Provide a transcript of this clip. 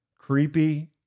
Creepy